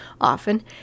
often